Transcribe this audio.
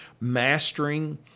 Mastering